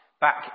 back